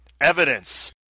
evidence